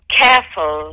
careful